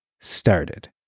started